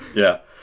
yeah.